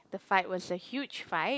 the fight was a huge fight